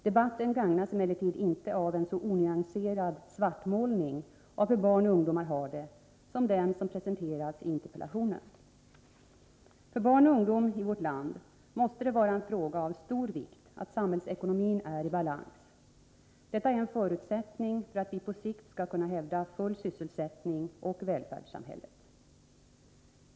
Debatten gagnas emellertid inte av en så onyanserad svartmålning av hur barn och ungdomar har det som den som presenteras i interpellationen. För barn och ungdom i vårt land måste det vara en fråga av stor vikt att samhällsekonomin är i balans. Detta är en förutsättning för att vi på sikt skall kunna hävda den fulla sysselsättningen och välfärdssamhället.